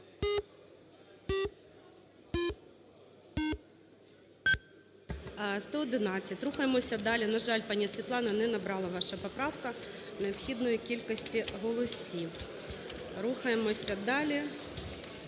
111. Рухаємося далі. На жаль, пані Світлана, не набрала ваша поправка необхідної кількості голосів. Рухаємося далі,